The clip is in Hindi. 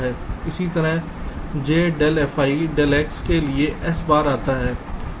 इसी तरह j del fj del x के लिए s bar आता है